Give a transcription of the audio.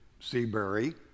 Seabury